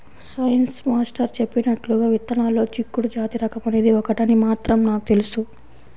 science master చెప్పినట్లుగా విత్తనాల్లో చిక్కుడు జాతి రకం అనేది ఒకటని మాత్రం నాకు తెలుసు